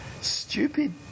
stupid